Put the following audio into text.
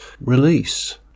release